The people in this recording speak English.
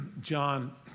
John